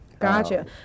gotcha